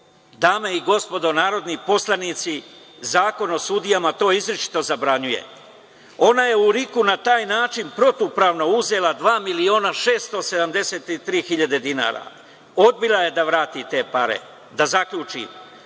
RIK? Dame i gospodo narodni poslanici, Zakon o sudijama to izričito zabranjuje. Ona je u RIK na taj način protivpravno uzela 2.673.000 dinara, odbila je da vrati te pare. Da zaključim,